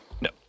No